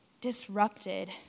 disrupted